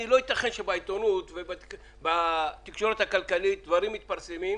לא יתכן שבעיתונות ובתקשורת הכלכלית דברים מתפרסמים,